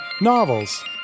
novels